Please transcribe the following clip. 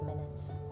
minutes